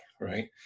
right